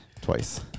twice